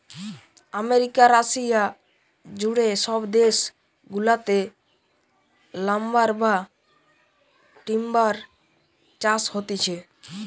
America, Russia জুড়ে সব দেশ গুলাতে লাম্বার বা টিম্বার চাষ হতিছে